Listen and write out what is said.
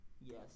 Yes